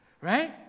right